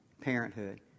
Parenthood